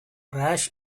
rash